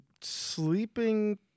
sleeping